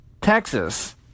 Texas